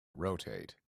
rotate